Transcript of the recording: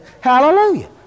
hallelujah